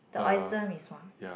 the oyster-Mee-Sua